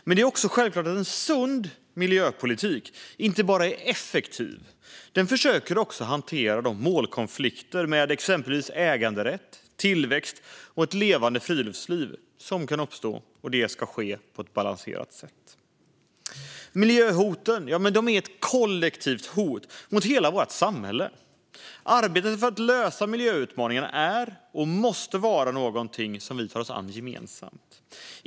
Men det är också självklart att en sund miljöpolitik inte bara är effektiv utan också på ett balanserat sätt försöker hantera målkonflikter som kan uppstå mellan till exempel äganderätt, tillväxt och ett levande friluftsliv. Miljöhoten är ett kollektivt hot mot hela vårt samhälle. Arbetet för att lösa miljöutmaningarna är och måste vara någonting som vi tar oss an gemensamt.